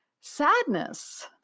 Sadness